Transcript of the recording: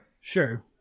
Sure